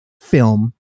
film